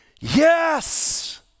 Yes